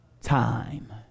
Time